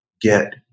get